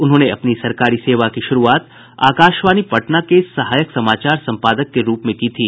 उन्होंने अपनी सरकारी सेवा की शुरूआत आकाशवाणी पटना से सहायक समाचार संपादक के रूप में की थी